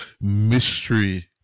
mystery